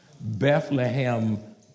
Bethlehem